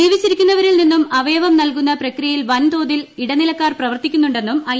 ജീവിച്ചിരിക്കുന്നവരിൽ നിന്നും അവയവം ന്ൽകുന്ന പ്രക്രിയയിൽ വൻ തോതിൽ ഇടനിലക്കാർ പ്രവർത്തിക്കുന്നുണ്ടെന്നും ഐ